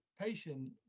patient